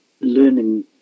learning